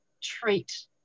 treat